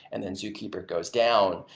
and then zookeeper goes down,